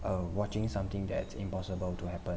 uh watching something that is impossible to happen